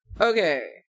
okay